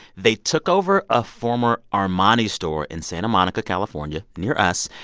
they took over a former armani store in santa monica, calif, ah and near us.